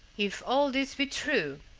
if all this be true,